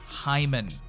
Hyman